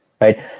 Right